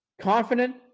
Confident